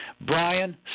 Brian